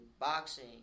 boxing